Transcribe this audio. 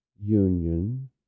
union